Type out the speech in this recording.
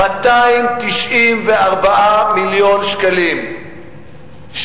294 מיליון שקלים,